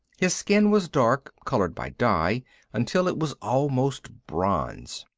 his skin was dark, colored by dye until it was almost bronze.